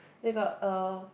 they got a